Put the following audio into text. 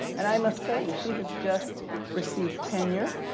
and i must tell you, she has just received tenure.